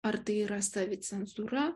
ar tai yra savicenzūra